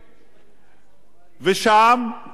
ושם רואים את האחריות,